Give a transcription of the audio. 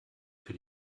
für